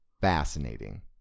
fascinating